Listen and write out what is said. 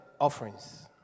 offerings